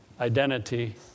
identity